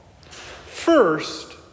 First